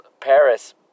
Paris